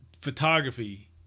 photography